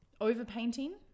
Over-painting